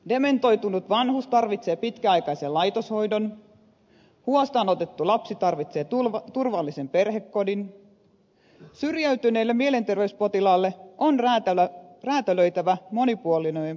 dementoitunut vanhus tarvitsee pitkäaikaisen laitoshoidon huostaan otettu lapsi tarvitsee turvallisen perhekodin syrjäytyneelle mielenterveyspotilaalle on räätälöitävä monipuolinen palvelukokonaisuus